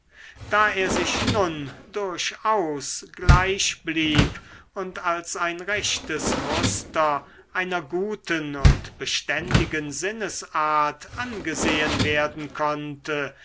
da er sich nun durchaus gleich blieb und als ein rechtes muster einer guten und beständigen sinnesart angesehen werden konnte